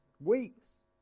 weeks